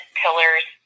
pillars